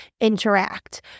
interact